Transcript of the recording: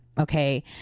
okay